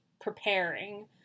preparing